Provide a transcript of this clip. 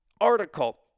article